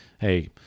Hey